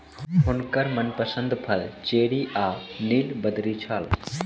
हुनकर मनपसंद फल चेरी आ नीलबदरी छल